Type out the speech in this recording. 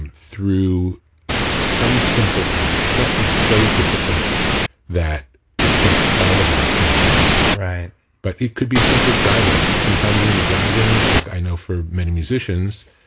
and through some simple task. can't be so difficult that it takes all of our attention. but it could be simple as driving. sometimes when you're driving, like i know for many musicians,